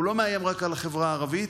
הוא לא מאיים רק על החברה הערבית,